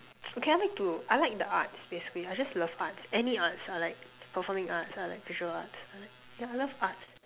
okay I like to I like the arts basically I just love arts any arts I like performing arts I like visual arts I like yeah I love arts